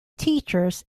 teachers